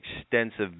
extensive